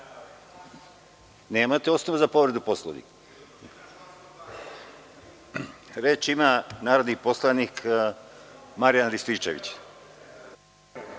osnova za povredu Poslovnika. Reč ima narodni poslanik Marijan Rističević.